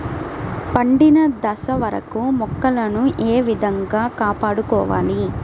పండిన దశ వరకు మొక్కలను ఏ విధంగా కాపాడుకోవాలి?